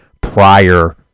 prior